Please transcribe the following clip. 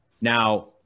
Now